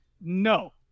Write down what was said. No